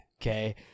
Okay